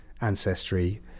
ancestry